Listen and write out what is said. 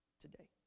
today